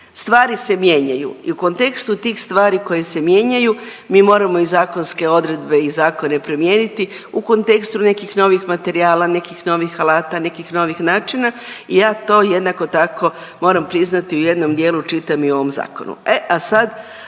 stvari se mijenjaju i u kontekstu tih stvari koje se mijenjaju mi moramo i zakonske odredbe i zakone promijeniti u kontekstu nekih novih materijala, nekih novih alata, nekih novih načina i ja to jednako tako moram priznati u jednom dijelu čitam i u ovom zakonu.